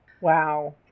Wow